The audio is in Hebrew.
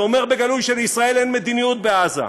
שאומר בגלוי שלישראל אין מדיניות בעזה,